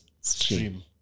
stream